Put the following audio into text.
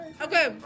Okay